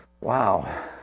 wow